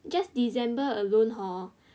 just december alone hor